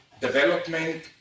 development